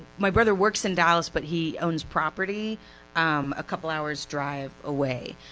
my brother works in dallas but he owns property um a couple hours' drive away,